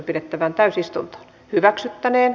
keskustelua ei syntynyt